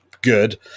good